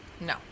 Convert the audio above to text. No